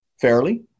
fairly